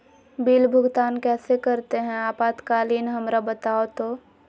Bill भुगतान कैसे करते हैं आपातकालीन हमरा बताओ तो?